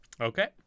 Okay